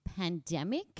pandemic